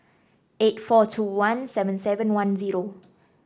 eight four two one seven seven one zero